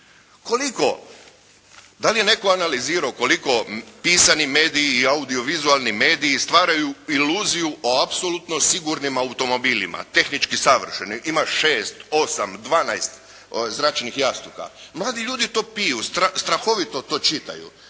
kompletni. Da li je netko analizirao koliko pisani mediji i audio vizualni mediji stvaraju iluziju o apsolutno sigurnim automobilima tehnički savršenim. Ima šest, osam, dvanaest zračnih jastuka. Mladi ljudi to piju, strahovito to čitaju